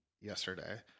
yesterday